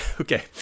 Okay